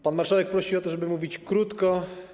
Pan marszałek prosi o to, żeby mówić krótko.